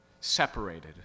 separated